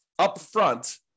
upfront